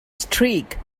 streak